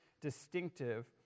distinctive